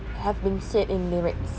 have been said in lyrics